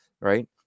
Right